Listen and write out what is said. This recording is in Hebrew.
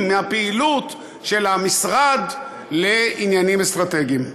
מהפעילות של המשרד לעניינים אסטרטגיים.